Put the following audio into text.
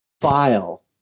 file